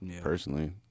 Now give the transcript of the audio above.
personally